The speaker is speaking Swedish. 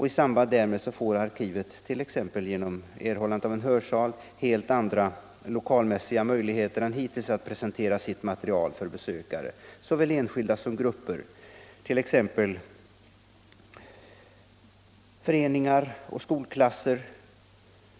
I samband därmed får arkivet, t.ex. genom erhållandet av en hörsal, helt andra möjligheter än hittills att presentera sitt material för besökare, såväl enskilda som grupper, t.ex. föreningar och skolklasser.